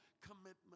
commitment